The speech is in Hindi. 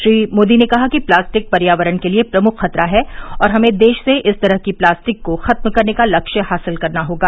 श्री मोदी ने कहा कि प्लास्टिक पर्यावरण के लिए प्रमुख खतरा है और हमें देश से इस तरह की प्लास्टिक को खत्म करने का लक्ष्य हासिल करना होगा